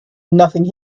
nothing